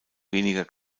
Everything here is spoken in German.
weniger